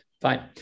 fine